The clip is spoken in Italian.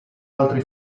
altri